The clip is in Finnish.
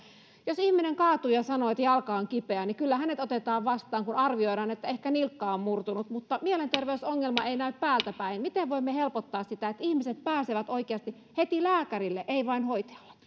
jos ihminen kaatuu ja sanoo että jalka on kipeä niin kyllä hänet otetaan vastaan kun arvioidaan että ehkä nilkka on murtunut mutta mielenterveysongelma ei näy päältäpäin miten voimme helpottaa sitä että ihmiset pääsevät oikeasti heti lääkärille ei vain hoitajalle